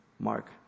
Mark